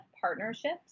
partnerships